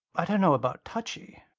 i don't know about touchy.